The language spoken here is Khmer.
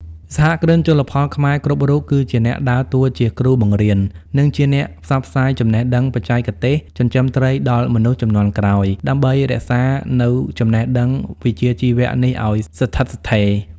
សហគ្រិនជលផលខ្មែរគ្រប់រូបគឺជាអ្នកដើរតួជាគ្រូបង្រៀន និងជាអ្នកផ្សព្វផ្សាយចំណេះដឹងបច្ចេកទេសចិញ្ចឹមត្រីដល់មនុស្សជំនាន់ក្រោយ ដើម្បីរក្សានូវចំណេះដឹងវិជ្ជាជីវៈនេះឱ្យស្ថិតស្ថេរ។